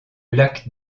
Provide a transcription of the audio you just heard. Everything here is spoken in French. lac